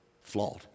flawed